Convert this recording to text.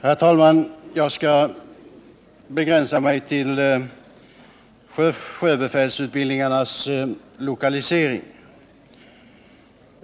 Herr talman! Jag skall begränsa mig till sjöbefälsutbildningarnas lokalisering.